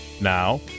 Now